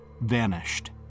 vanished